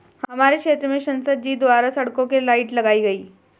हमारे क्षेत्र में संसद जी द्वारा सड़कों के लाइट लगाई गई